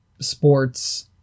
sports